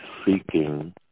seeking